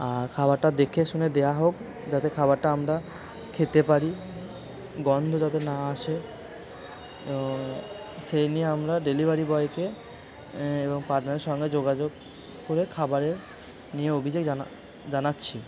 আর খাবারটা দেখে শুনে দেওয়া হোক যাতে খাবারটা আমরা খেতে পারি গন্ধ যাতে না আসে সেই নিয়ে আমরা ডেলিভারি বয়কে এবং পার্টনারের সঙ্গে যোগাযোগ করে খাবারের নিয়ে অভিযোগ জানা জানাচ্ছি